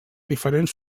diferents